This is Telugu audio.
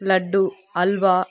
లడ్డు హాల్వా